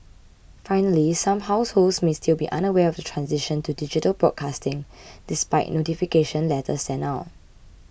finally some households may still be unaware of the transition to digital broadcasting despite notification letters sent out